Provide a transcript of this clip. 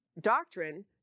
doctrine